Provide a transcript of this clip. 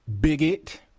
bigot